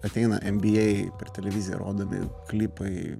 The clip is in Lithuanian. ateina nba per televiziją rodomi klipai